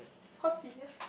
of course seniors